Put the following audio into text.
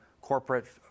corporate